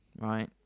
right